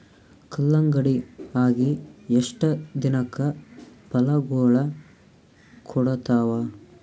ಕಲ್ಲಂಗಡಿ ಅಗಿ ಎಷ್ಟ ದಿನಕ ಫಲಾಗೋಳ ಕೊಡತಾವ?